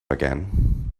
again